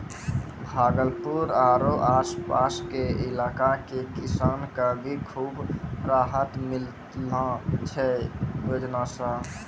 भागलपुर आरो आस पास के इलाका के किसान कॅ भी खूब राहत मिललो छै है योजना सॅ